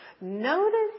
Notice